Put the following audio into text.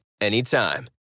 anytime